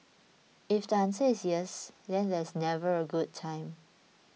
if the answer is yes then there's never a good time